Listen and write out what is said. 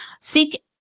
Seek